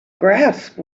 grasp